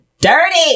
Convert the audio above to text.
Dirty